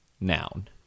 noun